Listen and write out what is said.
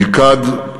נלכד,